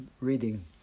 reading